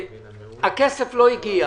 שהכסף לא הגיע.